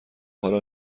حالا